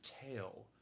tail